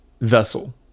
Vessel